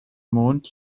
mond